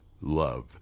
love